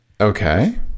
okay